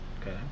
okay